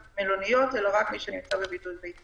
במלוניות אלא רק על מי שנמצא בבידוד ביתי.